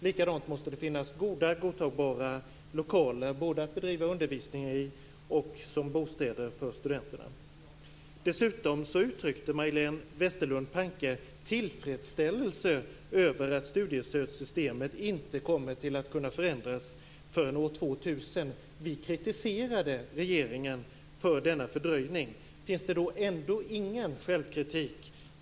Likaså måste det både finnas godtagbara lokaler att bedriva undervisning i och bostäder för studenterna. Majléne Westerlund Panke uttryckte dessutom tillfredsställelse över att studiestödssystemet inte kommer att kunna förändras förrän år 2000. Vi kritiserade regeringen för denna fördröjning. Finns det ingen självkritik?